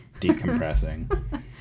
decompressing